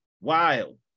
wild